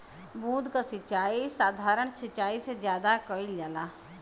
बूंद क सिचाई साधारण सिचाई से ज्यादा कईल जाला